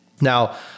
Now